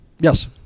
Yes